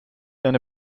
eine